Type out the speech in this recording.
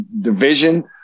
division